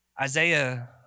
Isaiah